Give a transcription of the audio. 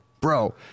bro